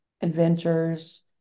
adventures